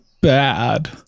bad